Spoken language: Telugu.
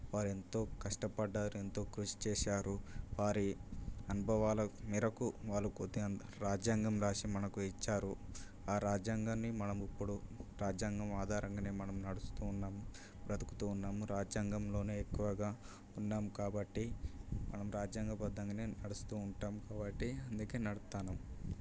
వారెంతో కష్టపడ్డారు ఎంతో కృషి చేశారు వారి అనుభవాల మేరకు వాళ్ళకొద్దిగా రాజ్యాంగం రాసి మనకు ఇచ్చారు ఆ రాజ్యాంగాన్ని మనము ఇప్పుడు రాజ్యాంగం ఆధారంగానే మనం నడుస్తున్నాం బ్రతుకుతున్నాము రాజ్యాంగంలోనే ఎక్కువగా ఉన్నాం కాబట్టి మనం రాజ్యాంగబద్ధంగానే నడుస్తూ ఉంటాం కాబట్టి అందుకే నడుపుతాను